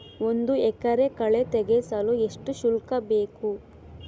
ಒಂದು ಎಕರೆ ಕಳೆ ತೆಗೆಸಲು ಎಷ್ಟು ಶುಲ್ಕ ಬೇಕು?